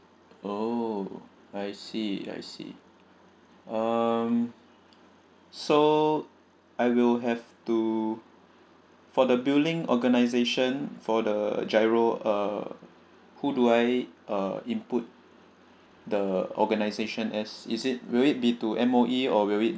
oh I see I see um so I will have to for the billing organisation for the giro uh who do I uh input the organisation as is it will it be to M_O_E or will it